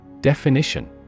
Definition